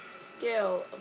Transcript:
skill,